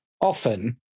often